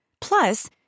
plus